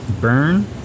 burn